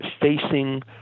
facing